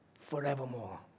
forevermore